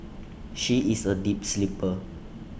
she is A deep sleeper